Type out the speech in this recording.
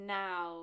now